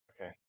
Okay